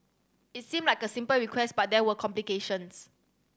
it seemed like a simple request but there were complications